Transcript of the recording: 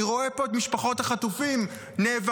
אני רואה פה את משפחות החטופים נאבקות,